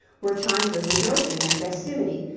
were times of rejoicing and festivity,